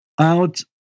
out